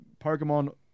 Pokemon